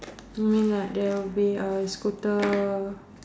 you mean like there will be a scooter